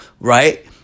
right